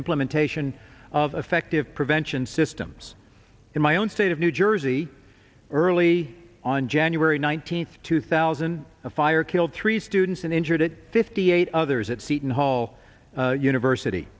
implementation of effective prevention systems in my own state of new jersey early on january nineteenth two thousand and fire killed three students and injured it fifty eight others at seton hall university